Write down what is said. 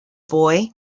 boy